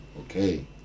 Okay